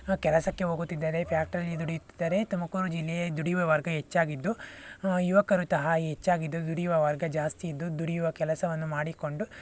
ಕೆಲಸಕ್ಕೆ ಹೋಗುತ್ತಿದ್ದಾರೆ ಫ್ಯಾಕ್ಟ್ರಿಯಲ್ಲಿ ದುಡಿಯುತ್ತಿದ್ದಾರೆ ತುಮಕೂರು ಜಿಲ್ಲೆಯ ದುಡಿಯುವ ವರ್ಗ ಹೆಚ್ಚಾಗಿದ್ದು ಯುವಕರು ತಹಾ ಹೆಚ್ಚಾಗಿ ದುಡಿಯುವ ವರ್ಗ ಜಾಸ್ತಿ ಇದ್ದು ದುಡಿಯುವ ಕೆಲಸವನ್ನು ಮಾಡಿಕೊಂಡು